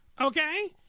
Okay